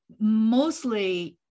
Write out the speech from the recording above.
mostly